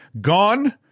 gone